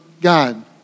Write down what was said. God